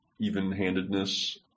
even-handedness